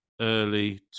early